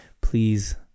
please